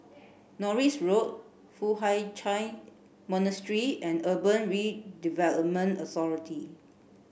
Norris Road Foo Hai Ch'an Monastery and Urban Redevelopment Authority